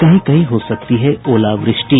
कहीं कहीं हो सकती है ओलावृष्टि